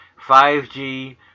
5G